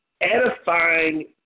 edifying